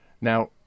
Now